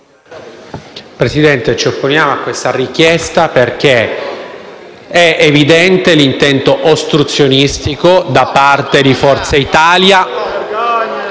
Presidente, ci opponiamo a questa richiesta perché è evidente l'intento ostruzionistico da parte del Gruppo Forza Italia-Il